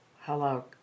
Hello